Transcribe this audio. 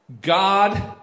god